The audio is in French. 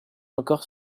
encore